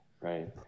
Right